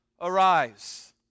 arise